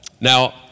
Now